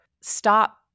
stop